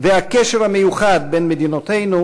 והקשר המיוחד בין מדינותינו,